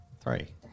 Three